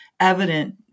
evident